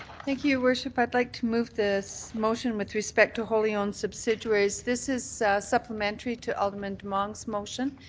thank you, your worship. i would like to move this motion with respect to wholly owned subsidiaries. this is supplementary to alderman demong's motion.